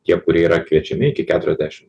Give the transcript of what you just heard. tie kurie yra kviečiami iki keturiasdešim